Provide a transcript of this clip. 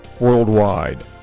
worldwide